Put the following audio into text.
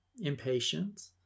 impatience